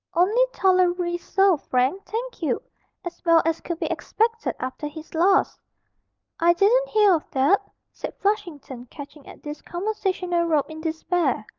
only tolerably so, frank, thank you as well as could be expected after his loss i didn't hear of that said flushington, catching at this conversational rope in despair.